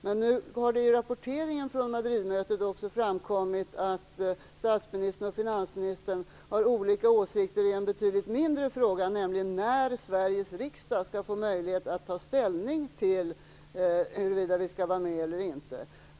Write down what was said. Men nu har det ju i rapporteringen från Madridmötet framkommit att statsministern och finansministern också har olika åsikter i en betydligt mindre fråga, nämligen när Sveriges riksdag skall få möjlighet att ta ställning till huruvida vi skall vara med eller inte.